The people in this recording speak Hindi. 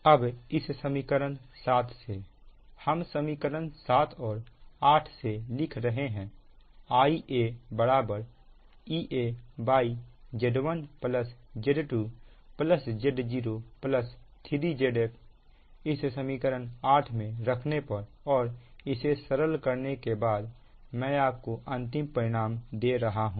अब इसे समीकरण 7 से हम समीकरण 7 और 8 से लिख रहे हैं Ia बराबर EaZ1Z2Z03Zf इस समीकरण 8 में रखने पर और इसे सरल करने के बाद मैं आपको अंतिम परिणाम दे रहा हूं